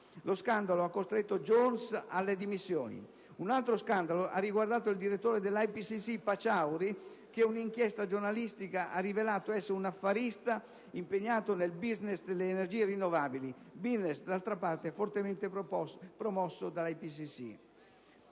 Lo scandalo ha costretto Jones alle dimissioni. Un altro scandalo ha riguardato il direttore dell'IPCC Pachauri, che un'inchiesta giornalistica ha rivelato essere un affarista impegnato nel *business* delle energie rinnovabili, *business* d'altra parte fortemente promosso dall'IPCC.